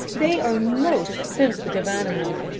they are most sensitive animals.